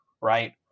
right